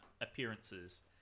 appearances